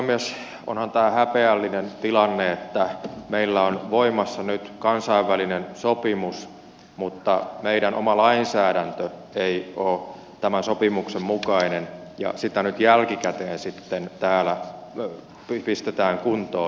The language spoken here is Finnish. onhan tämä häpeällinen tilanne että meillä on voimassa nyt kansainvälinen sopimus mutta meidän oma lainsäädäntömme ei ole tämän sopimuksen mukainen ja sitä nyt jälkikäteen sitten täällä pistetään kuntoon